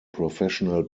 professional